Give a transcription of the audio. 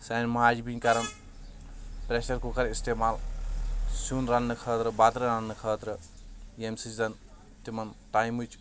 سانہِ ماجہِ بٮ۪نہِ کَرَن پرٛیشَر کُکَر اِستعمال سِیُن رَننہٕ خٲطرٕ بَتہٕ رَننہٕ خٲطرٕ ییٚمہِ سۭتۍ زَن تِمن ٹایمٕچ